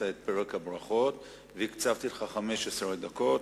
את פרק הברכות והקצבתי לך 15 דקות.